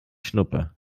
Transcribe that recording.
schnuppe